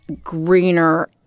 Greener